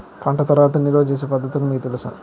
పంట తర్వాత నిల్వ చేసే పద్ధతులు మీకు తెలుసా?